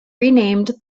renamed